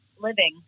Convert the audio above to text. living